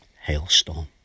hailstorm